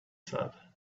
said